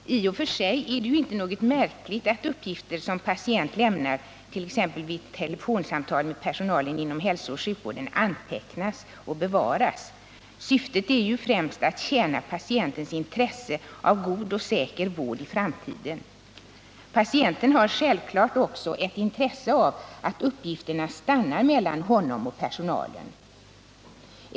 Herr talman! I och för sig är det ju inte något märkligt att uppgifter som patient lämnar vid t.ex. telefonsamtal med personalen inom hälsooch sjukvården antecknas och bevaras. Syftet är ju främst att tjäna patientens intresse av god och säker vård i framtiden. Patienten har självfallet också ett intresse av att uppgifterna stannar mellan honom och personalen.